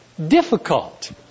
difficult